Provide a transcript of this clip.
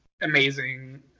amazing